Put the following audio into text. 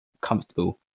comfortable